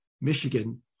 Michigan